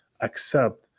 accept